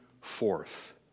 forth